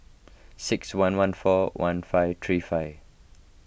six one one four one five three five